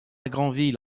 granville